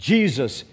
Jesus